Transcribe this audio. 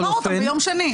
תאמר אותם ביום שני.